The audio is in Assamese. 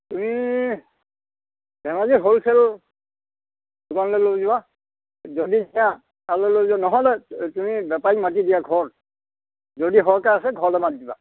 তুমি ধেমাজি হ'লচেল দোকানলৈ লৈ যোৱা যদি যোৱা তালৈ লৈ যোৱা নহ'লে তুমি বেপাৰী মাতি দিয়া ঘৰত যদি সৰহকৈ আছে ঘৰলৈ মাতি দিবা